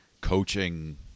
coaching